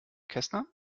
kästner